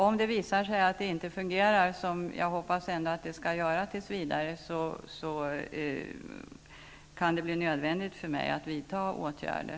Om det visar sig inte fungera -- som jag ändå hoppas att det skall göra tills vidare -- kan det bli nödvändigt för mig att vidta åtgärder.